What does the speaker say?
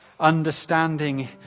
understanding